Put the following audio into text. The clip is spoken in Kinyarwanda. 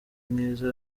mwiza